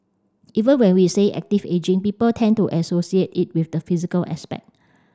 even when we say active ageing people tend to associate it with the physical aspect